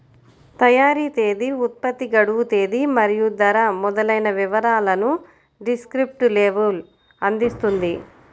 తయారీ తేదీ, ఉత్పత్తి గడువు తేదీ మరియు ధర మొదలైన వివరాలను డిస్క్రిప్టివ్ లేబుల్ అందిస్తుంది